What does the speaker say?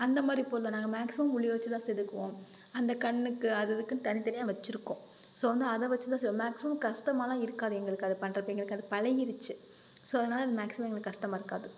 அந்தமாதிரி பொருள்தான் நாங்கள் மேக்ஸிமம் உளியை வைச்சுதான் செதுக்குவோம் அந்தக் கண்ணுக்கு அது அதுக்குன்னு தனித்தனியாக வச்சுருக்கோம் ஸோ வந்து அதை வைச்சுதான் செ மேக்ஸிமம் கஷ்டமாலாம் இருக்காது எங்களுக்கு அதைப் பண்ணுறப்ப எங்களுக்கு அது பழகிருச்சு ஸோ அதனால மேக்ஸிமம் எங்களுக்கு கஷ்டமா இருக்காது